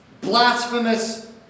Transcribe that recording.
blasphemous